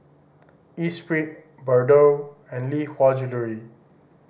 Espirit Bardot and Lee Hwa Jewellery